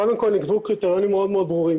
קודם כל נקבעו קריטריונים מאוד מאוד ברורים,